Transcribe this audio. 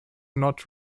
not